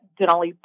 Denali